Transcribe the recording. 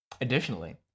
Additionally